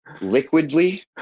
liquidly